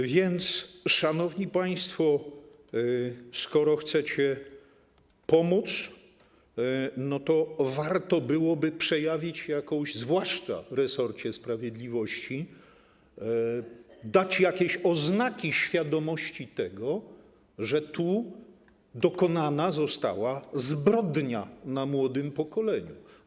A więc, szanowni państwo, skoro chcecie pomóc, to warto byłoby przejawić, zwłaszcza w resorcie sprawiedliwości, dać jakieś oznaki świadomości tego, że tu dokonana została zbrodnia na młodym pokoleniu.